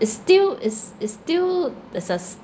is still is is still is as